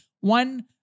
one